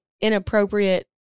inappropriate